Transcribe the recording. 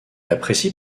apprécie